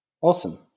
Awesome